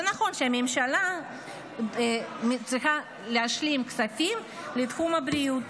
זה נכון שהממשלה צריכה להשלים כספים לתחום הבריאות.